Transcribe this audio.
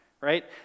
Right